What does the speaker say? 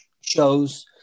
shows